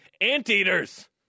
Anteaters